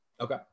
Okay